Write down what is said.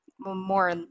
more